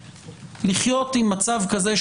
לחיות עם מצב כזה,